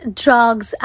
drugs